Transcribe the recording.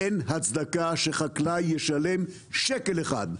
אין הצדקה שחקלאי ישלם שקל אחד,